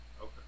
okay